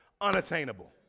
unattainable